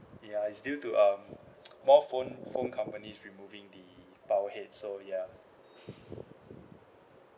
ya it's due to um more phone phone companies removing the power head so ya